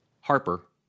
Harper